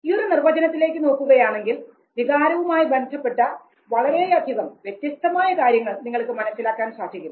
ഈയൊരു നിർവചനത്തിലേക്ക് നോക്കുകയാണെങ്കിൽ വികാരവുമായി ബന്ധപ്പെട്ട വളരെയധികം വ്യത്യസ്തമായ കാര്യങ്ങൾ നിങ്ങൾക്ക് മനസ്സിലാക്കാൻ സാധിക്കും